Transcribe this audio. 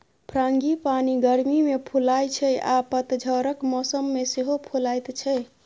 frangipani गर्मी मे फुलाइ छै आ पतझरक मौसम मे सेहो फुलाएत छै